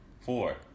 four